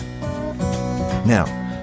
Now